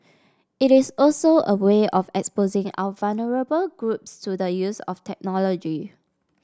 it is also a way of exposing our vulnerable groups to the use of technology